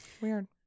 Weird